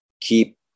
keep